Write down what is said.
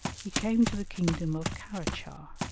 he came to the kingdom of kharachar,